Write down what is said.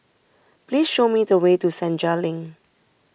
please show me the way to Senja Link